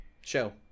show